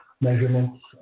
measurements